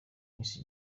miss